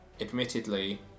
admittedly